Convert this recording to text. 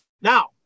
Now